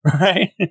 Right